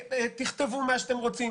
תכתבו מה שאתם רוצים.